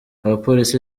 abapolisi